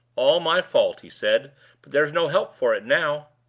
all my fault, he said but there's no help for it now.